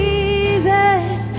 Jesus